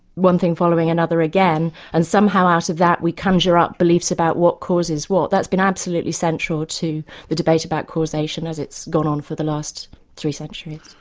one thing following another again, and somehow out of that we conjure up beliefs about what causes what that's been absolutely central to the debate about causation as it's gone on for the last three centuries.